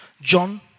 John